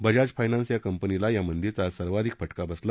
Bajaj finance या कंपनीला या मंदीचा सर्वाधिक फटका बसला